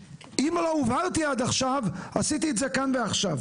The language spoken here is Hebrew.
אם לא הובהרתי עד עכשיו, עשיתי את זה כאן ועכשיו.